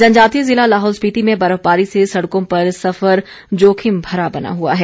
जनजातीय ज़िला लाहौल स्पीति में बर्फबारी से सड़कों पर सफर जोखिम भरा बना हुआ है